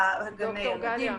גני ילדים,